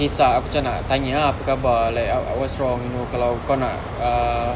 kesah aku tak nak tanya ah apa khabar like what's wrong you know kalau kau nak uh